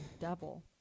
devil